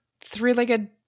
three-legged